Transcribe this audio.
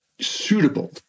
suitable